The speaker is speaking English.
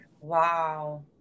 Wow